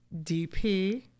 DP